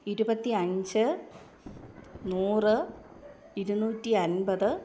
ഇരുപത്തിയഞ്ച് നൂറ് ഇരുന്നൂറ്റി അൻപത്